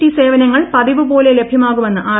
T സേവനങ്ങൾ പതിവുപോലെ ലഭ്യമാകുമെന്ന് ആർ